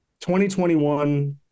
2021